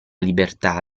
libertà